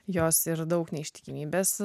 jos ir daug neištikimybės